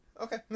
Okay